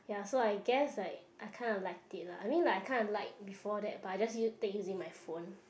ya so I guess like I kind of liked it lah I mean like I kind of like before that but I just use take using my phone